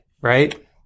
right